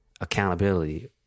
accountability